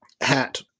hat